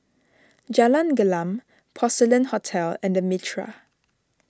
Jalan Gelam Porcelain Hotel and the Mitraa